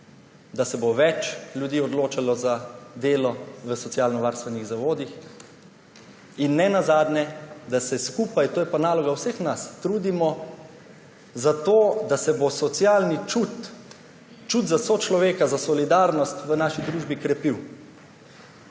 da se bo več ljudi odločalo za delo v socialnovarstvenih zavodih in nenazadnje, da se skupaj – to je pa naloga vseh nas – trudimo za to, da se bo socialni čut, čut za človeka, za solidarnost v naši družbi krepil.